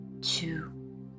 two